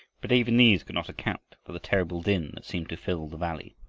but even these could not account for the terrible din that seemed to fill the valley.